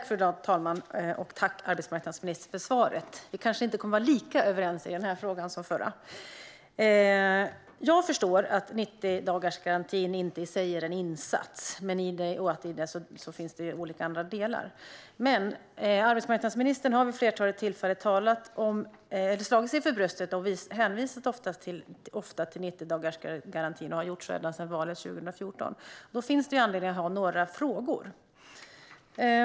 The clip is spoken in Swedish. Fru talman! Tack, arbetsmarknadsministern, för svaret! Vi kanske inte kommer att vara lika överens i denna fråga som i den förra. Jag förstår att 90-dagarsgarantin i sig inte är en insats och att det finns olika andra delar i detta. Men arbetsmarknadsministern har vid ett flertal tillfällen slagit sig för bröstet och ofta hänvisat till 90-dagarsgarantin. Hon har gjort så ända sedan valet 2014. Då finns det anledning att ställa några frågor.